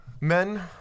men